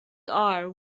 are